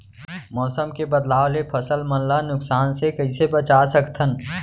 मौसम के बदलाव ले फसल मन ला नुकसान से कइसे बचा सकथन?